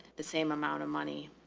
the same amount of money.